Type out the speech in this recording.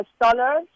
dollars